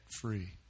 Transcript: free